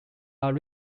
are